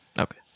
Okay